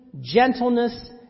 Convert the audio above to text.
gentleness